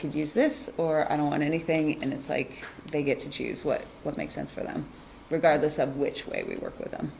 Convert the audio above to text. can use this or i don't want anything and it's like they get to choose what what makes sense for them regardless of which way we work with them